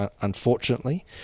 unfortunately